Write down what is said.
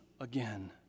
again